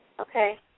Okay